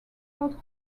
plot